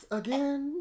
again